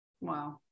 wow